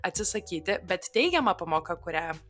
atsisakyti bet teigiama pamoka kurią